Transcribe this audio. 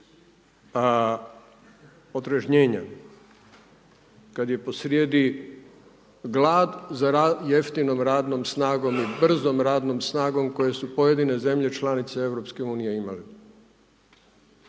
a otrežnjenja kada je po srijedi glad za jeftinom radnom snagom i brzom radnom snagom koje su pojedine zemlje članice EU imale.